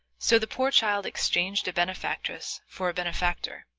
so the poor child exchanged a benefactress for a benefactor.